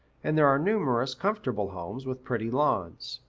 and there are numerous comfortable homes with pretty lawns.